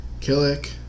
Killick